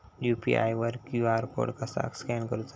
UPI वर QR code कसा scan करूचा?